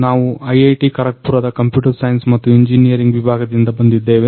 ನಾವು ಐಐಟಿ ಖರಗ್ಪುರದ computer science ಮತ್ತು ಇಂಜಿನಿಯರಿಂಗ್ ವಿಭಾಗದಿಂದ ಬಂದಿದ್ದೇವೆ